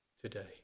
today